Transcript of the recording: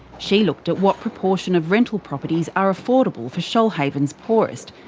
she looked at what proportion of rental properties are affordable for shoalhaven's poorest,